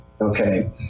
Okay